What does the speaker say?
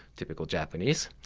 typical japanese.